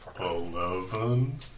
Eleven